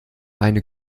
eine